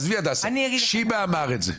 עזבי הדסה, שיבא אמר את זה.